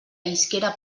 isquera